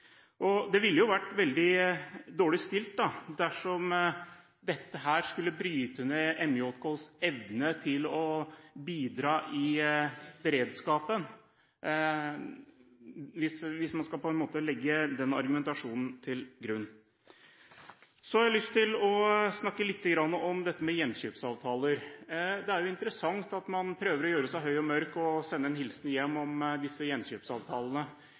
innlegg. Man ville vært veldig dårlig stilt dersom dette skulle bryte ned MJKs evne til å bidra i beredskapen – hvis man skal legge den argumentasjonen til grunn. Jeg har lyst til å snakke litt om gjenkjøpsavtaler. Det er interessant at man prøver å gjøre seg høy og mørk og vil sende en hilsen hjem om disse gjenkjøpsavtalene.